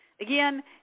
again